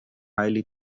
highly